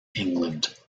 england